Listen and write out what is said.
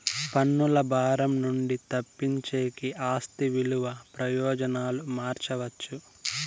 పన్నుల భారం నుండి తప్పించేకి ఆస్తి విలువ ప్రయోజనాలు మార్చవచ్చు